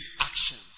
actions